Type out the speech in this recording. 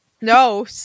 No